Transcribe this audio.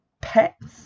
pets